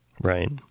Right